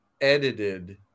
edited